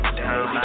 down